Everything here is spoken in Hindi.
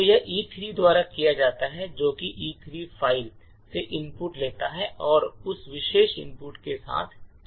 तो यह E3 द्वारा किया जाता है जो कि E3 फ़ाइल से इनपुट लेता है और उस विशेष इनपुट के साथ चलता है